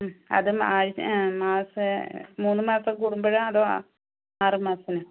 മ് അതും ആഴ്ച മാസം മൂന്ന് മാസം കൂടുമ്പഴാണോ അതോ ആറുമാസത്തിനോ